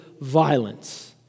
violence